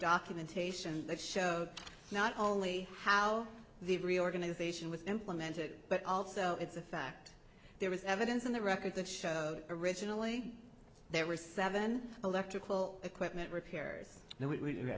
documentation that show not only how the reorganization with implemented but also it's a fact there is evidence in the records that show originally there were seven electrical equipment repair